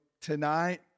tonight